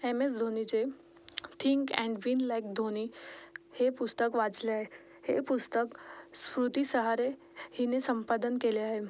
M S धोनीचे think and win like Dhoni हे पुस्तक वाचले आहे हे पुस्तक स्फूर्ती सहारे हिने संपादन केले आहे